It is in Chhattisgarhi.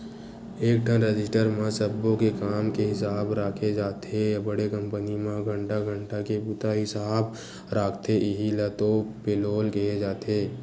एकठन रजिस्टर म सब्बो के काम के हिसाब राखे जाथे बड़े कंपनी म घंटा घंटा के बूता हिसाब राखथे इहीं ल तो पेलोल केहे जाथे